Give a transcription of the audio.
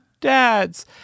dads